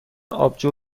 آبجو